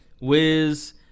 wiz